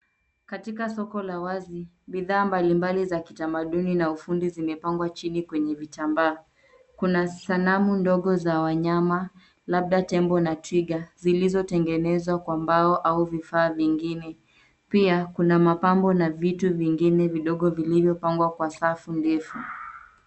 Katika soko la wazi bidhaa mbalimbali za kitamaduni na ufundi zimepangwa chini kwenye vitambaa. Kuna sanamu ndogo za wanyama labda tembo na twiga zilizotengenezwa kwa mbao au vifaa vingine. Pia, kuna mapambo na vitu vingine vidogo nilivyopangwa kwa safu ndefu.